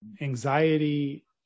anxiety